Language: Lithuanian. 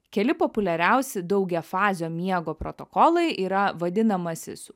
keli populiariausi daugiafazio miego protokolai yra vadinamasis